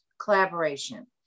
collaboration